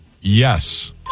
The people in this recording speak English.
Yes